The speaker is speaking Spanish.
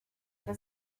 que